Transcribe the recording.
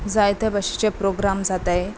जायते भाशेचे प्रोग्राम जाता